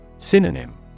Synonym